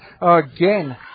again